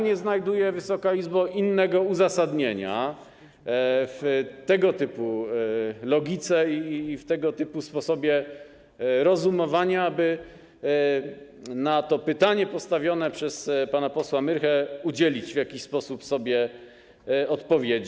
Nie znajduję, Wysoka Izbo, innego uzasadnienia w tego typu logice i w tego typu sposobie rozumowania, aby na pytanie postawione przez pana posła Myrchę udzielić sobie w jakiś sposób odpowiedzi.